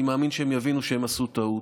אני מאמין שהם יבינו שהם עשו טעות.